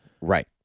Right